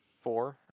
Four